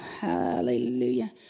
hallelujah